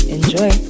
Enjoy